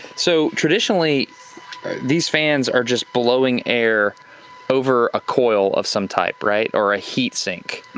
so traditionally these fans are just blowing air over a coil of some type, right, or a heatsink.